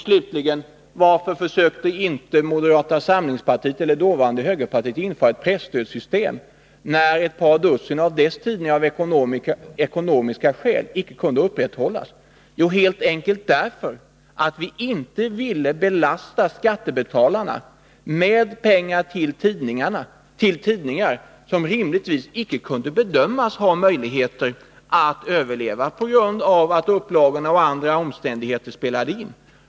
Slutligen ett svar på frågan: Varför försökte inte moderata samlingspartiet —-eller dåvarande högerpartiet — införa ett presstödssystem, när ett par dussin av dess tidningar av ekonomiska skäl icke kunde upprätthållas? Jo, helt enkelt därför att vi inte ville belasta skattebetalarna med pengar till tidningar som rimligtvis icke kunde bedömas ha möjligheter att överleva på grund av att upplagorna och andra omständigheter spelade in.